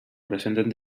presenten